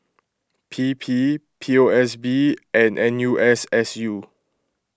P P P O S B and N U S S U